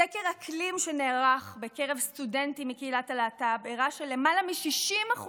סקר אקלים שנערך בקרב סטודנטים מקהילת הלהט"ב הראה שלמעלה מ-60%